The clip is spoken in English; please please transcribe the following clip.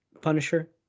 Punisher